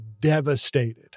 devastated